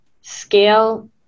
scale